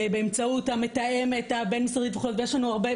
באמצעות המתאמת הבין-משרדית ויש לנו הרבה,